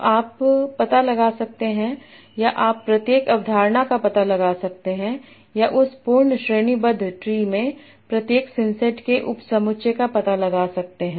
तो आप पता लगा सकते हैं या आप प्रत्येक अवधारणा का पता लगा सकते हैं या उस पूर्ण श्रेणीबद्ध ट्री में प्रत्येक सिंसेट के उपसमुच्चय का पता लगा सकते हैं